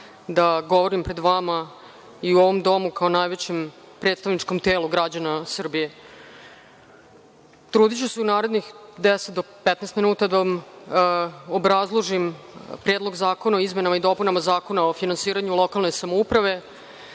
da govorim pred vama i u ovom domu, kao najvećem predstavničkom telu građana Srbije. Trudiću se u narednih deset do petnaest minuta da obrazložim Predlog zakona o izmenama i dopunama Zakona o finansiranju lokalne samouprave.